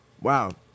Wow